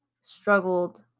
struggled